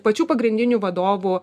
pačių pagrindinių vadovų